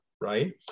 right